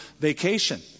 vacation